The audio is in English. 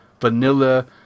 vanilla